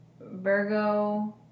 Virgo